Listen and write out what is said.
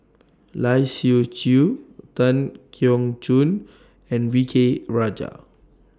Lai Siu Chiu Tan Keong Choon and V K Rajah